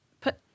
put